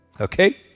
okay